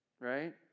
right